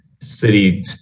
city